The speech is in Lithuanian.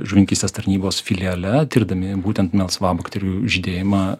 žuvininkystės tarnybos filiale tirdami būtent melsvabakterių žydėjimą